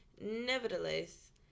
nevertheless